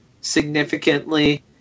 significantly